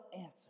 answer